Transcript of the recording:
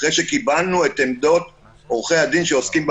אחרי שקיבלנו את עמדות עורכי הדין שעוסקים במלאכה,